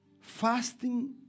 Fasting